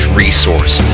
resource